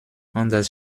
anders